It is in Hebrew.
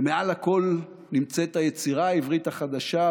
ומעל לכול נמצאת היצירה העברית החדשה,